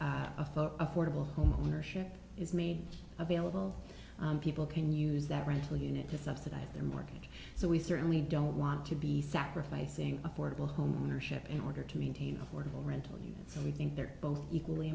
affordable homeownership is made available people can use that rental unit to subsidize their mortgage so we certainly don't want to be sacrificing affordable home ownership in order to maintain affordable rental units and we think they're both equally